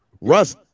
Russ